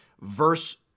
verse